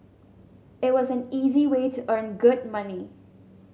it was an easy way to earn good money